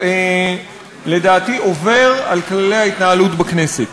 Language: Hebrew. שלדעתי עובר על כללי ההתנהלות בכנסת.